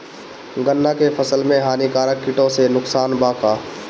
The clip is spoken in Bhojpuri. गन्ना के फसल मे हानिकारक किटो से नुकसान बा का?